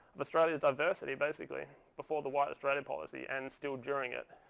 australia's diversity basically before the white australia policy and still during it.